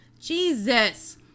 Jesus